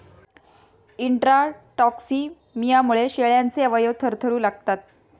इंट्राटॉक्सिमियामुळे शेळ्यांचे अवयव थरथरू लागतात